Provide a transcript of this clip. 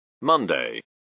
Monday